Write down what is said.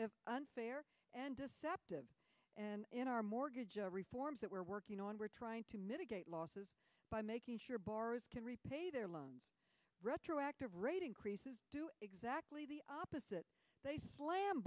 there and deceptive and in our mortgage reforms that we're working on we're trying to mitigate losses by making sure bars can repay their loans retroactive rate increases do exactly the opposite they slam